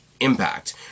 Impact